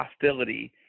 hostility